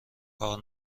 کار